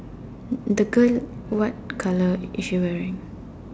the girl what colour is she wearing